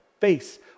face